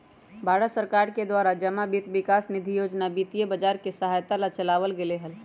भारत सरकार के द्वारा जमा वित्त विकास निधि योजना वित्तीय बाजार के सहायता ला चलावल गयले हल